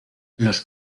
los